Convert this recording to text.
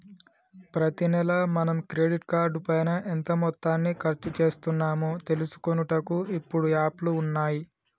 ప్రతి నెల మనం క్రెడిట్ కార్డు పైన ఎంత మొత్తాన్ని ఖర్చు చేస్తున్నాము తెలుసుకొనుటకు ఇప్పుడు యాప్లు ఉన్నాయి